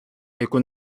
яку